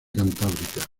cantábrica